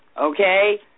Okay